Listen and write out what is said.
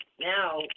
now